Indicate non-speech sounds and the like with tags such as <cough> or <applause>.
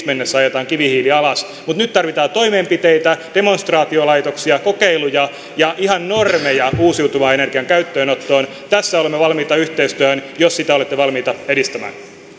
<unintelligible> mennessä ajetaan kivihiili alas nyt tarvitaan toimenpiteitä demonstraatiolaitoksia kokeiluja ja ihan normeja uusiutuvan energian käyttöönottoon tässä olemme valmiita yhteistyöhön jos sitä olette valmiita edistämään